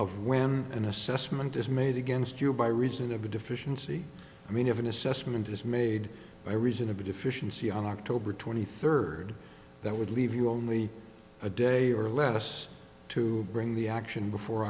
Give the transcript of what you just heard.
of when an assessment is made against you by reason of a deficiency i mean if an assessment is made by reason of a deficiency on october twenty third that would leave you only a day or less to bring the action before